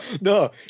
no